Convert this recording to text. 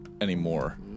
anymore